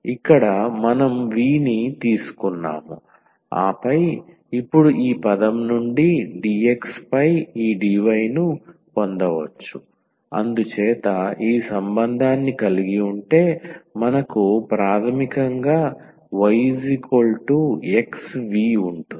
ఇక్కడ మనం 𝑣 ని తీసుకున్నాము ఆపై ఇప్పుడు ఈ పదం నుండి dx పై ఈ dy ను పొందవచ్చు అందుచేత ఈ సంబంధాన్ని కలిగి ఉంటే మనకు ప్రాథమికంగా yxv ఉంటుంది